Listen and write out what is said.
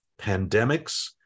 pandemics